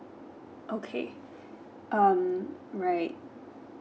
okay um right